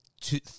two